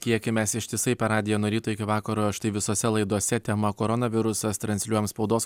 kiekį mes ištisai per radiją nuo ryto iki vakaro štai visose laidose tema koronavirusas transliuojam spaudos